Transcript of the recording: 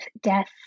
death